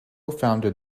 founded